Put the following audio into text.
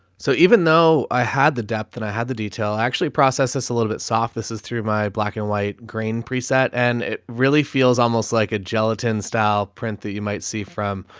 so even though i had the depth that and i had the detail actually process this a little bit soft, this is through my black and white green preset and it really feels almost like a gelatin style print that you might see from,